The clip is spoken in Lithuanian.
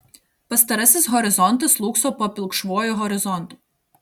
pastarasis horizontas slūgso po pilkšvuoju horizontu